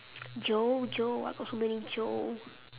joe joe why got so many joe